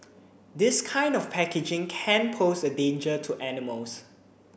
this kind of packaging can pose a danger to animals